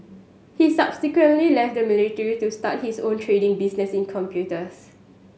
he subsequently left the military to start his own trading business in computers